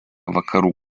vakarų